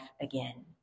again